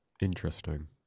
Interesting